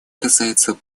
касается